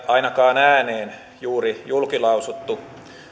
ainakaan ääneen juuri julkilausuttu